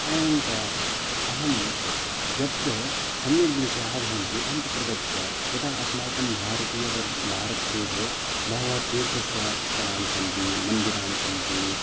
एवञ्च अहं यत्र सम्यक् दृश्याणि भवन्ति अहं तत्र गत्वा यथा अस्माकं भारतीय भारतदेशे बहवः तीर्थ स् स्थलानि सन्ति मन्दिराणि सन्ति